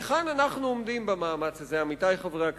היכן אנחנו עומדים במאמץ הזה, עמיתי חברי הכנסת?